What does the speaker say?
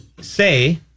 say